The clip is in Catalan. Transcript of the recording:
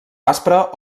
aspra